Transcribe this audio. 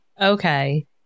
Okay